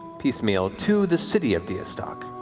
piecemeal, to the city of deastok.